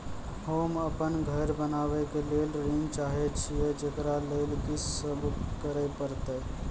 होम अपन घर बनाबै के लेल ऋण चाहे छिये, जेकरा लेल कि सब करें परतै?